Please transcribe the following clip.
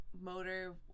motor